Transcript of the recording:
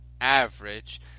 average